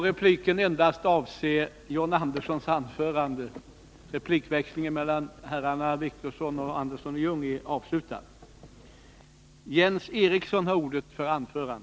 Repliken får endast avse John Anderssons anförande. Replikväxlingen mellan herrarna Andersson i Ljung och Wictorsson är avslutad.